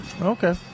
Okay